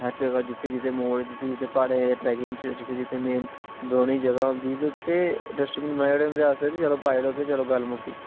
हर जगह जित्थै जित्थै मोड जित्थै जित्थै प्हाडे़ं उप्पर ट्रैकिंग च जित्थै जित्थै मेन बौहने दी जगह होंदी ते उत्थै डस्टविन बडे़ होंदे चलो पाई ओड़ो ते चलो गल्ल मुक्की